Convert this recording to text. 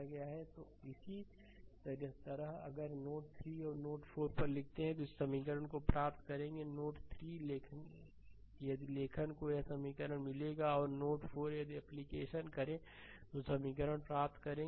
slide समय देखें 2620 तो इसी तरह अगर नोड 3 और नोड 4 पर लिखते हैं तो इस समीकरण को प्राप्त करेंगे नोड 3 यदि लेखन को यह समीकरण मिलेगा और नोड 4 यदि एप्लीकेशन करें तो ये समीकरण प्राप्त करेंगे